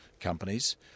companies